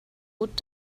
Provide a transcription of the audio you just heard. gut